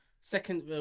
second